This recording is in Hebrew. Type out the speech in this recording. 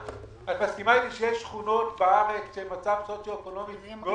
את מסכימה איתי שיש שכונות בארץ שהן במצב סוציו-אקונומי מאוד